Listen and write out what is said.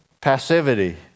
Passivity